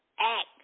act